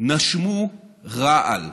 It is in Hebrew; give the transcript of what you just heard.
נשמו רעל,